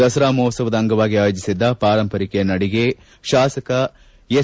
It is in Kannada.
ದಸರಾ ಮಹೋತ್ಸವದ ಅಂಗವಾಗಿ ಆಯೋಜಿಸಿದ್ದ ಪಾರಂಪರಿಕ ನಡಿಗೆಗೆ ಶಾಸಕ ಎಸ್